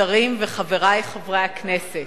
השרים וחברי חברי הכנסת,